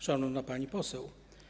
Szanowna Pani Poseł!